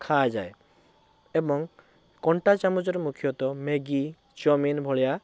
ଖାଆଯାଏ ଏବଂ କଣ୍ଟା ଚାମଚରେ ମୁଖ୍ୟତଃ ମ୍ୟାଗି ଚାଓମିନ୍ ଭଳିଆ